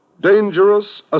dangerous